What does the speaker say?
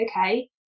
okay